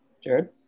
Jared